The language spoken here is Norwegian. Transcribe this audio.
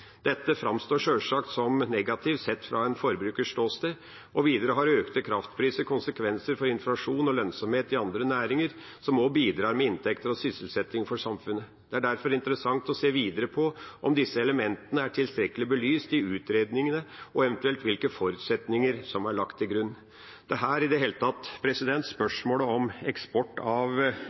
Dette framstår sjølsagt som negativt sett fra en forbrukers ståsted, og videre har økte kraftpriser konsekvenser for inflasjon og lønnsomhet i andre næringer, som også bidrar med inntekter og sysselsetting for samfunnet. Det er derfor interessant å se videre på om disse elementene er tilstrekkelig belyst i utredningene, og eventuelt hvilke forutsetninger som er lagt til grunn. I det hele tatt er dette spørsmålet om eksport av